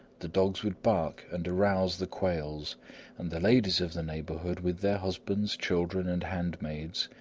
the dogs would bark and arouse the quails and the ladies of the neighbourhood, with their husbands, children and hand-maids,